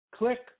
Click